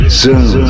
zoom